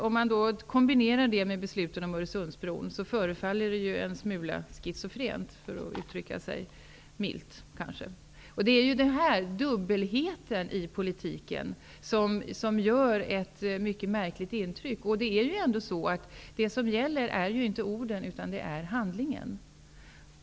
Om man kombinerar detta med beslutet om Öresundsbron förefaller det hela en smula schizofrent, för att uttrycka sig milt. Det är denna dubbelhet i politiken som gör ett mycket märkligt intryck. Det som gäller är inte orden utan handlingen.